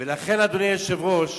ולכן, אדוני היושב-ראש,